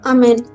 Amen